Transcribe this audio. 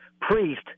priest